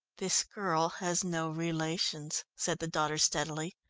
this girl has no relations, said the daughter steadily.